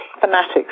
fanatics